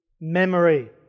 memory